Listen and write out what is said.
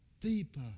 deeper